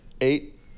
Eight